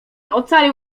ocalił